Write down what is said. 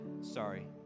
Sorry